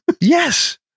Yes